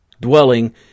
Dwelling